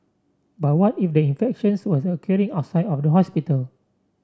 but what if the infections were occurring outside of the hospital